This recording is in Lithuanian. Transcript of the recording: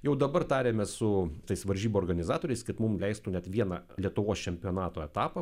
jau dabar tariamės su tais varžybų organizatoriais kad mum leistų net vieną lietuvos čempionato etapą